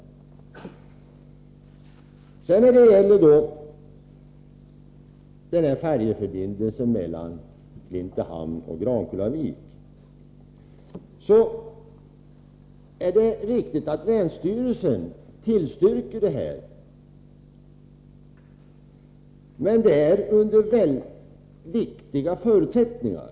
Det stämmer att länsstyrelsen tillstyrker färjeförbindelsen mellan Klintehamn och Grankullavik, men det görs under vissa förutsättningar.